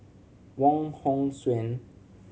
Wong Hong Suen